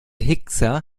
hickser